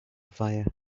fire